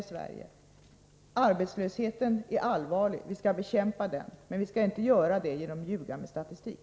Arbetslösheten är allvarlig. Vi skall bekämpa den, men vi skall inte göra det genom att ljuga med statistik.